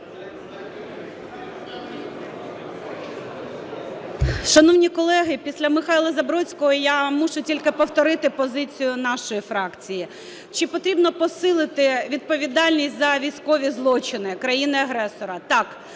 Шановні колеги, після Михайла Забродського я мушу тільки повторити позицію нашої фракції. Чи потрібно посилити відповідальність за військові злочини країни-агресора? Так.